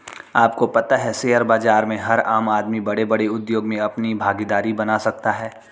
आपको पता है शेयर बाज़ार से हर आम आदमी बडे़ बडे़ उद्योग मे अपनी भागिदारी बना सकता है?